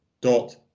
dot